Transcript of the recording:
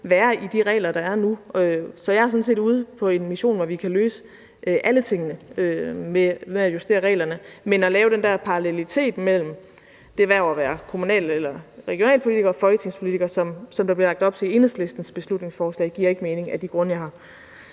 være i de regler, der er nu. Så jeg er sådan set ude i en mission, hvor vi kan løse alle tingene ved at justere reglerne. Men at lave den der parallelitet mellem det hverv at være kommunal- eller regionalpolitiker og folketingspolitiker, som der bliver lagt op til i Enhedslistens beslutningsforslag, giver ikke mening af de grunde, jeg med